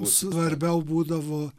svarbiau būdavo